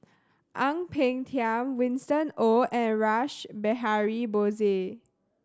Ang Peng Tiam Winston Oh and Rash Behari Bose